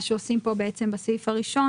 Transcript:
מה שעושים כאן בסעיף הראשון,